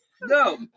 No